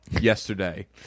yesterday